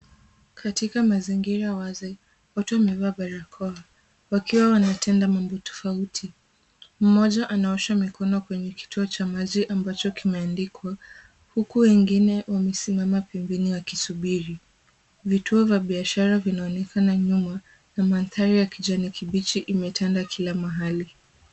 Katika mazingira wazi watu wamevaa barakoa, wakiwa wanatenda mambo tofauti. Mmoja anaosha mikono kwenye kituo cha maji ambacho kimeandikwa, huku wengine wamesimama pembeni wakisubiri. Vituo vya biashara vinaonekana nyuma na mandhari ya kijani kibichi imetanda kila mahali.